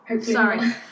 Sorry